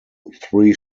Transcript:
three